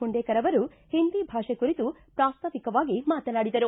ಹುಂಡೇಕರ್ ಅವರು ಹಿಂದಿ ಭಾಷೆ ಕುರಿತು ಪ್ರಾಸ್ತಾವಿಕವಾಗಿ ಮಾತನಾಡಿದರು